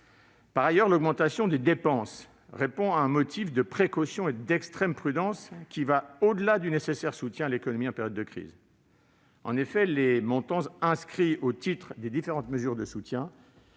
Par ailleurs, l'augmentation des dépenses répond à un motif de précaution et d'extrême prudence qui va au-delà du nécessaire soutien à l'économie en période de crise. En effet, les montants inscrits au titre des différentes mesures de soutien